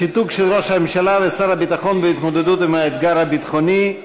השיתוק של ראש הממשלה ושר הביטחון בהתמודדות עם האתגר הביטחוני,